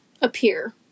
appear